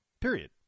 period